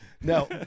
no